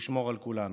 לשמור על כולנו.